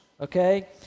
okay